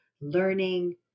learning